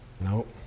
Nope